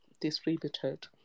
distributed